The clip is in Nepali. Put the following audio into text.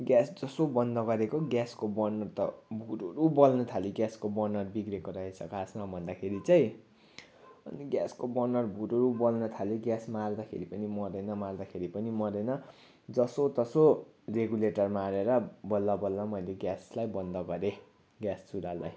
ग्यास जसो बन्द गरेको ग्यासको बर्नर त हुरुरु बल्न थाल्यो ग्यासको बर्नर बिग्रिएको रहेछ खासमा भन्दाखेरि चाहिँ ग्यासको बर्नर हुरुरु बल्न थाल्यो ग्यास मार्दाखेरि पनि मरेन मार्दाखेरि पनि मरेन जसो तसो रेगुलेटर मारेर बल्ल बल्ल मैले ग्यासलाई बन्द गरेँ ग्यास चुलालाई